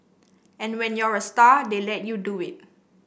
and when you're a star they let you do it